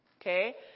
Okay